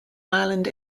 ireland